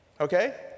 Okay